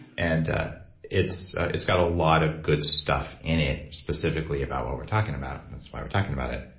and it's it's got a lot of good stuff in it specifically about what we're talking about. that's why we're talking about it.